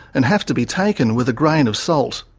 and have to be taken with a grain of salt.